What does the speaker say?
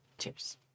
Cheers